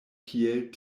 kiel